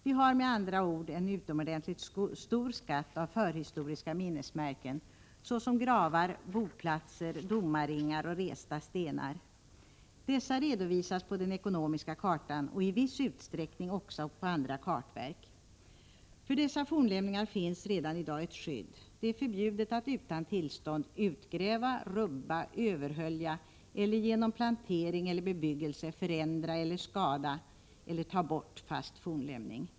Vi har med andra ord en utomordentligt stor skatt av förhistoriska minnesmärken såsom gravar, boplatser, domarringar och resta stenar. Dessa redovisas på den ekonomiska kartan och i viss utsträckning också på andra kartverk. För dessa fornlämningar finns redan i dag ett skydd. Det är förbjudet att utan tillstånd utgräva, rubba, överhölja eller genom plantering eller bebyggelse förändra, skada eller ta bort fast fornlämning.